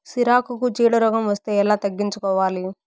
సిరాకుకు చీడ రోగం వస్తే ఎట్లా తగ్గించుకోవాలి?